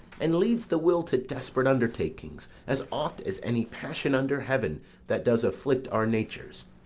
and leads the will to desperate undertakings, as oft as any passion under heaven that does afflict our natures.